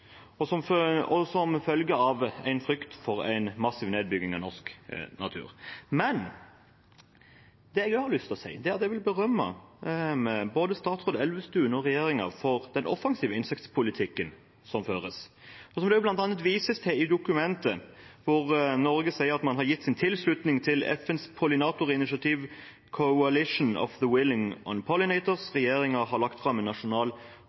som følge av frykt for en massiv nedbygging av norsk natur. Det jeg har lyst til å gjøre, er å berømme både statsråd Elvestuen og regjeringen for den offensive insektpolitikken som føres, og som det bl.a. vises til i dokumentet, hvor det sies at Norge har gitt sin tilslutning til FNs pollinatorinitiativ «Coalition of the willing on pollinators». Regjeringen har lagt fram en nasjonal